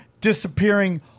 disappearing